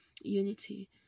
unity